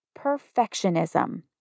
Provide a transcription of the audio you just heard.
perfectionism